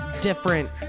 different